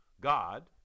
God